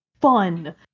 fun